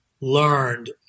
learned